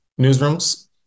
newsrooms